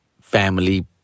family